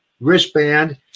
wristband